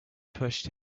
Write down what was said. pushed